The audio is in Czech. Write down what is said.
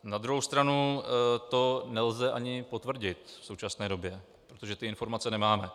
Na druhou stranu to nelze ani potvrdit v současné době, protože ty informace nemáme.